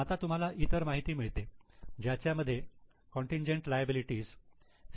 आता तुम्हाला इतर माहिती मिळते ज्याच्या मध्ये कॉन्टिनजेन्ट लायबिलिटी सी